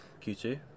Q2